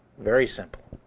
very simple.